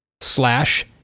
slash